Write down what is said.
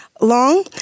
long